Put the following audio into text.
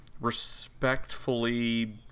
respectfully